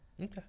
Okay